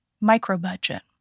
micro-budget